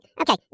okay